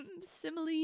simile